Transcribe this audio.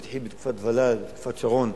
זה התחיל בתקופת ול"ל, בתקופת שרון,